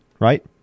right